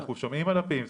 אנחנו שומעים על הפימס,